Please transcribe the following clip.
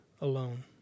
alone